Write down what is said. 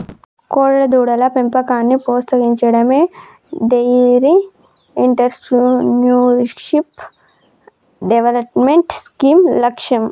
కోడెదూడల పెంపకాన్ని ప్రోత్సహించడమే డెయిరీ ఎంటర్ప్రెన్యూర్షిప్ డెవలప్మెంట్ స్కీమ్ లక్ష్యం